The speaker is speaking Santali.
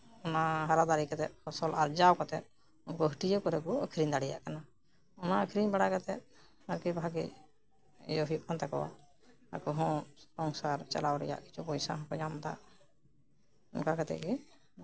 ᱚᱱᱟ ᱦᱟᱨᱟᱫᱟᱨᱮ ᱠᱟᱛᱮᱜ ᱯᱷᱚᱥᱚᱞ ᱟᱨᱡᱟᱣ ᱠᱟᱛᱮᱜ ᱩᱱᱠᱩ ᱦᱟᱹᱴᱤᱭᱟᱹ ᱠᱚᱨᱮ ᱠᱚ ᱟᱠᱷᱨᱤᱧ ᱫᱟᱲᱮᱭᱟᱜ ᱠᱟᱱᱟ ᱚᱱᱟ ᱟᱠᱷᱨᱤᱧ ᱵᱟᱲᱟ ᱠᱟᱛᱮᱜ ᱵᱷᱟᱜᱮ ᱤᱭᱟᱹ ᱦᱩᱭᱩᱜ ᱠᱟᱱ ᱛᱟᱠᱚᱣᱟ ᱟᱠᱚ ᱦᱚᱸ ᱥᱚᱝᱥᱟᱨ ᱪᱟᱞᱟᱣ ᱨᱮᱭᱟᱜ ᱯᱚᱭᱥᱟ ᱦᱚᱸᱠᱚ ᱧᱟᱢ ᱫᱟ ᱚᱱᱠᱟ ᱠᱟᱛᱮᱜ ᱜᱮ